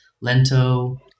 lento